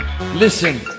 Listen